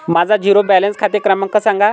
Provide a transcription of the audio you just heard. माझा zero balance खाते क्रमांक सांगा